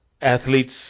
athletes